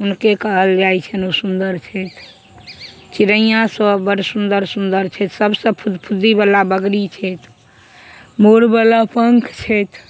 हुनके कहल जाइ छनि ओ सुन्दर छथि चिड़ैया सभ बड़ सुन्दर सुन्दर छथि सभसँ फुदफुद्दीवला बगड़ी छथि मोरवला पङ्ख छथि